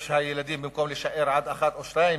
שבמקום שהילדים יישארו עד 13:00 או 14:00,